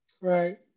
Right